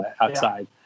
outside